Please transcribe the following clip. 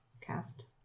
cast